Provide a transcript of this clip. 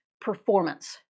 performance